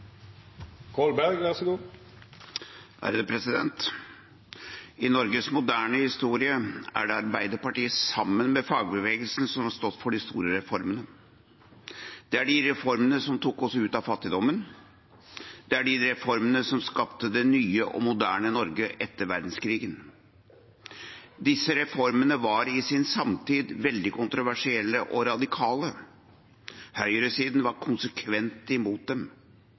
det Arbeiderpartiet, sammen med fagbevegelsen, som har stått for de store reformene. Det er de reformene som tok oss ut av fattigdommen. Det er de reformene som skapte det nye og moderne Norge etter verdenskrigen. Disse reformene var i sin samtid veldig kontroversielle og radikale. Høyresiden var konsekvent imot dem.